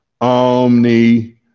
omni